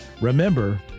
remember